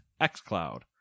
xCloud